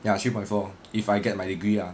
ya three point four if I get my degree ah